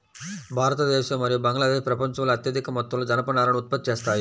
భారతదేశం మరియు బంగ్లాదేశ్ ప్రపంచంలో అత్యధిక మొత్తంలో జనపనారను ఉత్పత్తి చేస్తాయి